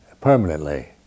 permanently